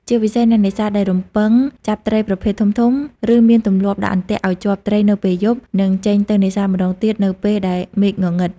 ជាពិសេស អ្នកនេសាទដែលរំពឹងចាប់ត្រីប្រភេទធំៗ ឬមានទម្លាប់ដាក់អន្ទាក់ឲ្យជាប់ត្រីនៅពេលយប់ នឹងចេញទៅនេសាទម្តងទៀតនៅពេលដែលមេឃងងឹត។